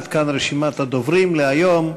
עד כאן רשימת הדוברים להיום.